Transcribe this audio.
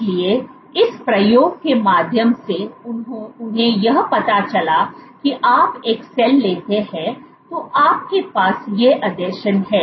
इसलिए इस प्रयोग के माध्यम से उन्हें यह पता चला कि आप एक सेल लेते हैं तो आपके पास ये आसंजन हैं